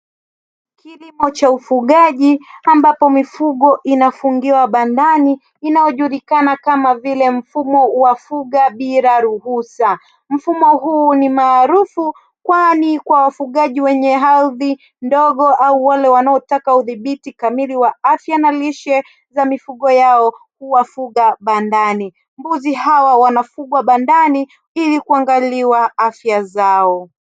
Kilimo cha ufugaji ambapo mifugo inafungiwa bandani inayojulikana kama vile mfumo wa fuga bila ruhusa. Mfumo huu ni maarufu kwani kwa wafugaji wenye ardhi ndogo, au wale wanaotaka udhibiti kamili wa afya na lishe za mifugo yao kuwafuga bandani. Mbuzi hawa wanafugwa bandani ili kuangaliwa afya zao.